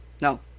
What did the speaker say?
No